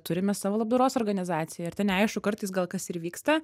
turime savo labdaros organizaciją ar te neaišku kartais gal kas ir vyksta